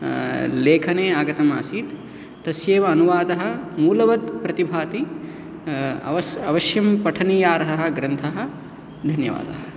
लेखने आगतमासीत् तस्यैव अनुवादः मूलवत् प्रतिभाति अवस् अवश्यं पठनियारः ग्रन्थः धन्यवादः